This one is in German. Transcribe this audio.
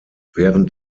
während